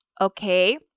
Okay